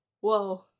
Whoa